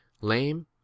lame